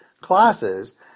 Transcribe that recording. classes